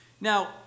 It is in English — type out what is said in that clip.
Now